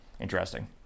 Interesting